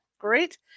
Great